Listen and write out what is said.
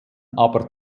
aber